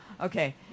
Okay